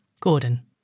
Gordon